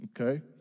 okay